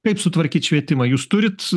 kaip sutvarkyt švietimą jūs turit